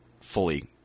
fully